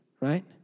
right